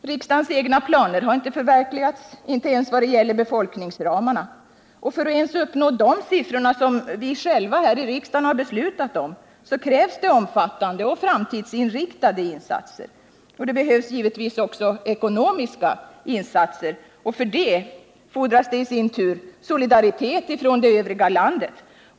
Riksdagens egna planer har inte förverkligats, inte ens vad det gäller befolkningsramarna. För att uppnå de siffror som vi själva här i riksdagen har beslutat om krävs det omfattande och framtidsinriktade insatser. Det måste givetvis också handla om ekonomiska insatser, och för sådana fordras i sin tur solidaritet från det övriga landet.